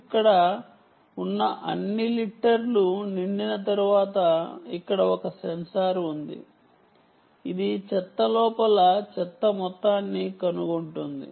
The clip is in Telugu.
ఇక్కడ ఉన్న అన్ని లిట్టర్ లు నిండిన తర్వాత ఇక్కడ ఒక సెన్సార్ ఉంది ఇది చెత్త లోపల చెత్త మొత్తాన్ని కనుగొంటుంది